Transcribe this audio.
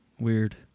weird